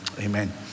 amen